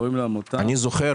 בעוונותיי אני זוכר